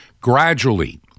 Gradually